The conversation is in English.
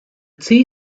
tea